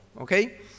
Okay